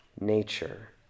nature